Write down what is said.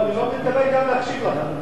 לא, אני לא מתכוון גם להקשיב לך.